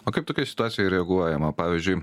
o kaip tokioj situacijoj reaguojama pavyzdžiui